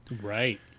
right